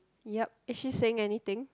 yup is she saying anything